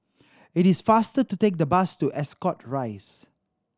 it is faster to take the bus to Ascot Rise